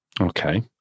Okay